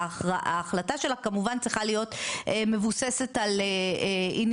ההחלטה שלה כמובן צריכה להיות מבוססת על עניינים